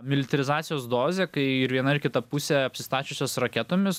militarizatcijos dozė kai ir viena ir kita pusė apsistačiusios raketomis